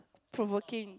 provoking